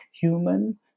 human